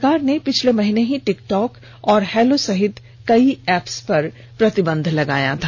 सरकार ने पिछले महीने ही टिक टॉक और हैलो सहित कई एप्स प्रतिबंध लगाया था